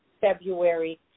February